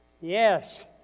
Yes